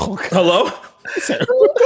Hello